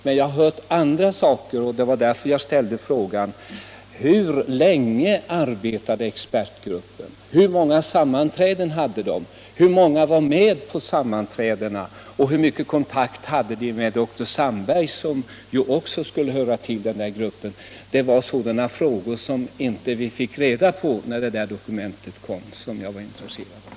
Men jag har hört andra saker, och det var därför jag ställde frågorna: Hur länge arbetade expertgruppen? Hur många sammanträden hade den? Hur många var med på sammanträdena och hur mycket kontakt hade den med dr Sandberg, som också skulle höra till gruppen? Det var sådana frågor som vi inte fick svar på när dokumentet lades fram, och det var det jag var intresserad av.